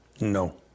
No